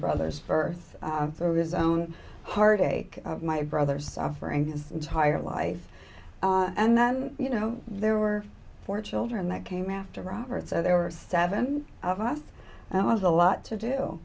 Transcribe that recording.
brother's birth for his own heartache my brother suffering is entire life and then you know there were four children that came after robert so there were seven of us and it was a lot to do